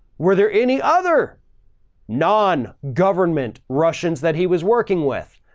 were there any other nongovernment russians that he was working with?